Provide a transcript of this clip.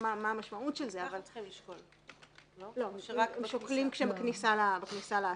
ומה המשמעות של זה - שוקלים בכניסה לאתר.